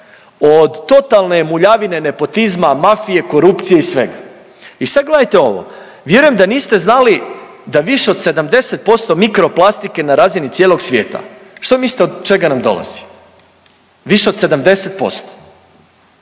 Od totalne muljavine, nepotizma, mafije, korupcije i svega. I sad gledajte ovo. Vjerujem da niste znali da više od 70% mikroplastike na razini cijelog svijeta. Što mislite od čega nam dolazi? Više od 70%.